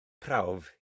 prawf